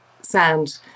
sound